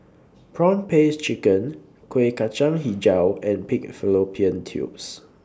Prawn Paste Chicken Kueh Kacang Hijau and Pig Fallopian Tubes